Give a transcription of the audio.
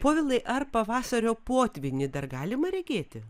povilai ar pavasario potvynį dar galima regėti